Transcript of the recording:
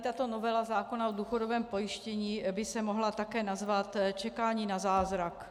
Tato novela zákona o důchodovém pojištění by se mohla také nazvat čekání na zázrak.